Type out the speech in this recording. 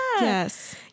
Yes